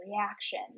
reaction